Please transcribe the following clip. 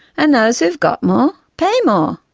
and those who've got more, pay more.